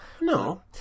No